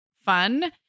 fun